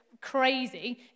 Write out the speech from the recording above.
crazy